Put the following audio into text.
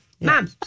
Mom